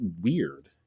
weird